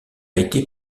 été